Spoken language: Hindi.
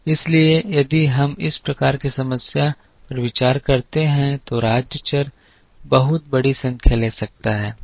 इसलिए यदि हम इस प्रकार की समस्या पर विचार करते हैं तो राज्य चर बहुत बड़ी संख्या ले सकता है